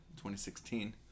2016